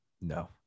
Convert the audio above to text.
No